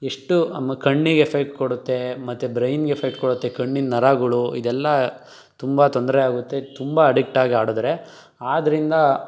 ಎಷ್ಟು ನಮ್ಮ ಕಣ್ಣಿಗೆ ಎಫೆಕ್ಟ್ ಕೊಡುತ್ತೆ ಮತ್ತು ಬ್ರೈನ್ಗ್ ಎಫೆಕ್ಟ್ ಕೊಡುತ್ತೆ ಕಣ್ಣಿನ ನರಗಳು ಇದೆಲ್ಲ ತುಂಬ ತೊಂದರೆ ಆಗುತ್ತೆ ತುಂಬ ಅಡಿಕ್ಟಾಗಿ ಆಡಿದ್ರೆ ಆದ್ದರಿಂದ